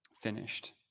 finished